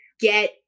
get